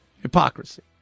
Hypocrisy